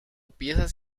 piezas